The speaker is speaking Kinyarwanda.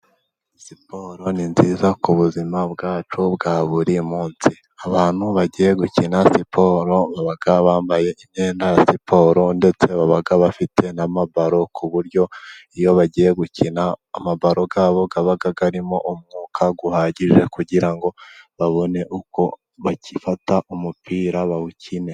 Siporo ni nziza ku buzima bwacu bwa buri munsi, abantu bagiye gukina siporo baba bambaye imyenda siporo, ndetse baba bafite n'amabaro, ku buryo iyo bagiye gukina amabaro yabo aba arimo umwuka uhagije, kugira ngo babone uko bafata umupira bawukine.